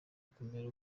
kumera